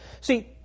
See